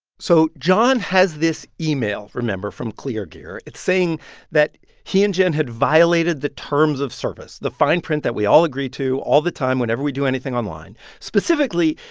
so john has this email, remember, from kleargear. it's saying that he and jen had violated the terms of service, the fine print that we all agree to all the time whenever we do anything online. specifically,